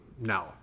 No